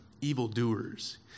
evildoers